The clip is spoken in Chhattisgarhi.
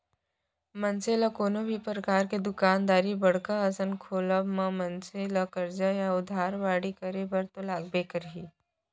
मनसे ल कोनो भी परकार के दुकानदारी बड़का असन के खोलब म मनसे ला करजा या उधारी बाड़ही करे बर तो लगबे करही